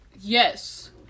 Yes